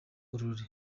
aurore